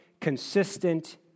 consistent